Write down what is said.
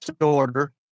order